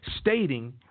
stating